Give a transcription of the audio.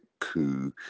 coup